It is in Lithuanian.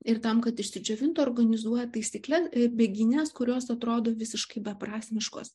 ir tam kad išsidžiovintų organizuoja taisykles bėgynes kurios atrodo visiškai beprasmiškos